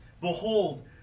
Behold